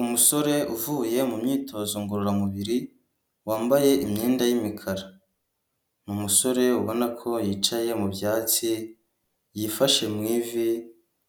Umusore uvuye mu myitozo ngororamubiri, wambaye imyenda y'imikara; ni umusore ubona ko yicaye mu byatsi, yifashe mu ivi;